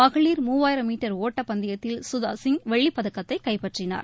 மகளிர் மூவாயிரம் மீட்டர் ஒட்டப்பந்தயத்தில் சுதாசிங் வெள்ளிப் பதக்கத்தை கைப்பற்றினார்